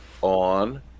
on